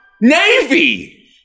Navy